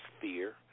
fear